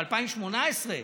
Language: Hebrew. ב-2018,